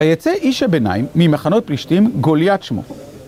ויצא איש הביניים ממחנות פלישתים גוליית שמו.